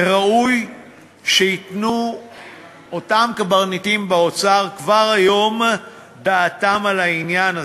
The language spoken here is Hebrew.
וראוי שייתנו אותם קברניטים באוצר כבר היום דעתם על העניין הזה.